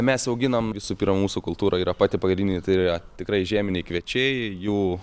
mes auginam visų pirma mūsų kultūra yra pati pagrindinė tai yra tikrai žieminiai kviečiai jų